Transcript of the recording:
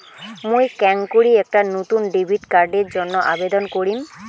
মুই কেঙকরি একটা নতুন ডেবিট কার্ডের জন্য আবেদন করিম?